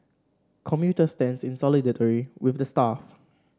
commuter stands in solidarity with the staff